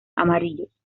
amarillos